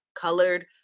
colored